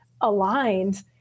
aligned